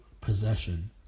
possession